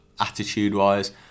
attitude-wise